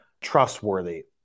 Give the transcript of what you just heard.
trustworthy